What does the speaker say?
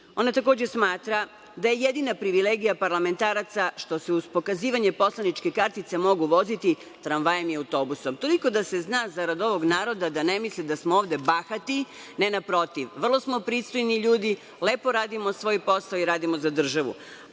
Ona takođe smatra da je jedina privilegija parlamentaraca što se uz pokazivanje poslaničke kartice mogu voziti tramvajem i autobusom. Toliko da se zna zarad ovog naroda da ne misle da smo ovde bahati, ne naprotiv. Vrlo smo pristojni ljudi, lepo radimo svoj posao i radimo za državu. Što